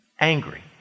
angry